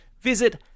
visit